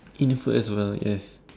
in food as well yes